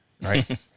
right